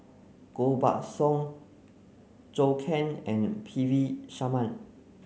Koh Buck Song Zhou Can and P V Sharma